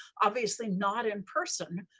obviously not in person,